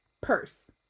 purse